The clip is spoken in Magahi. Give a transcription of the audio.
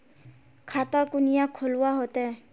खाता कुनियाँ खोलवा होते?